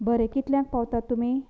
बरें कितल्यांक पावतात तुमी